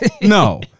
No